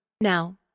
Now